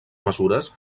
mesures